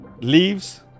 leaves